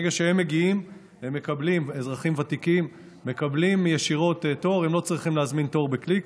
ברגע שהם מגיעים הם מקבלים ישירות תור והם לא צריכים להזמין תור בקליק,